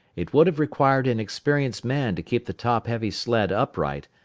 it would have required an experienced man to keep the top-heavy sled upright,